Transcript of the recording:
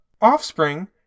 Offspring